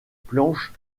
planches